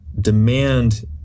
demand